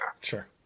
sure